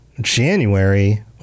January